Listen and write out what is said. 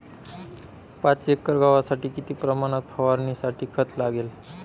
पाच एकर गव्हासाठी किती प्रमाणात फवारणीसाठी खत लागेल?